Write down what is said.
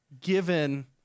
given